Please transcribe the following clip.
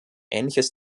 ähnliches